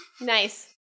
Nice